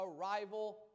arrival